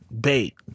Bait